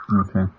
Okay